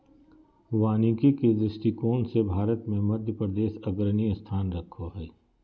वानिकी के दृष्टिकोण से भारत मे मध्यप्रदेश अग्रणी स्थान रखो हय